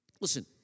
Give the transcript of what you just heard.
Listen